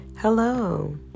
Hello